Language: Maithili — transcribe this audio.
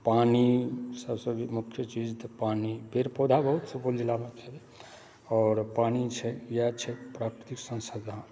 पानि सभसँ मुख्य चीज तऽ पानि पेड़ पौधा बहुत सुपौल जिलामे छै आओर पानि छै इएह छै वएह छै प्राकृतिक संसाधन